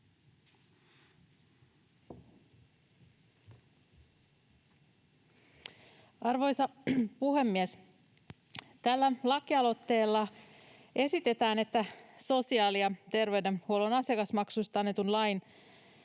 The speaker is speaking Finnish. Arvoisa puhemies! Tällä lakialoitteella esitetään, että sosiaali- ja terveydenhuollon asiakasmaksuista annetun lain